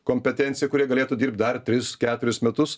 kompetenciją kurie galėtų dirbt dar tris keturis metus